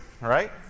right